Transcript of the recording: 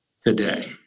today